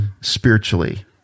spiritually